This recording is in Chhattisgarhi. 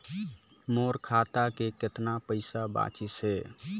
मोर खाता मे कतना पइसा बाचिस हे?